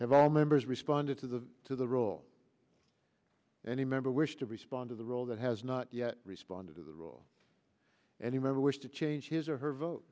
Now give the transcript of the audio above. of all members responded to the to the role any member wish to respond to the roll that has not yet responded to the rule any member wished to change his or her vote